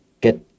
get